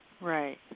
Right